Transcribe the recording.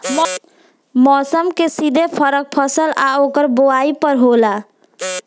मौसम के सीधे फरक फसल आ ओकर बोवाई पर होला